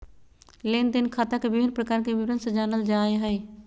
लेन देन खाता के विभिन्न प्रकार के विवरण से जानल जाय हइ